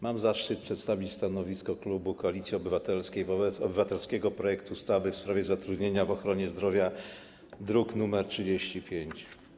Mam zaszczyt przedstawić stanowisko klubu Koalicji Obywatelskiej wobec obywatelskiego projektu ustawy w sprawie warunków zatrudnienia w ochronie zdrowia, druk nr 35.